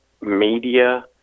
media